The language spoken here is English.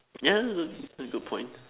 yeah that's a good point